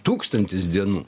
tūkstantis dienų